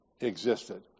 existed